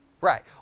Right